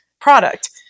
product